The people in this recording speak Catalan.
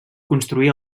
construí